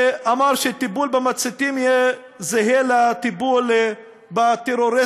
שאמר שהטיפול במציתים יהיה זהה לטיפול בטרוריסטים,